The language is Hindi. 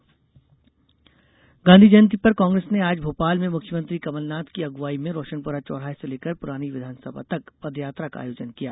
गांधी पदयात्रा गांधी जयंती पर कांग्रेस ने आज भोपाल में मुख्यमंत्री कमलनाथ की अग्वाई में रोशनपुरा चौराहे से लेकर पुरानी विधानसभा तक पदयात्रा का आयोजन किया गया